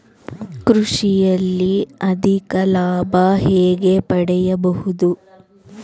ಕೃಷಿಯಲ್ಲಿ ಅಧಿಕ ಲಾಭ ಹೇಗೆ ಪಡೆಯಬಹುದು?